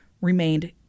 remained